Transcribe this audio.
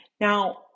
Now